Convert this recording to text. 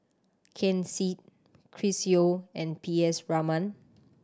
Ken Seet Chris Yeo and P S Raman